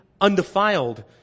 undefiled